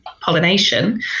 pollination